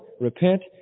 repent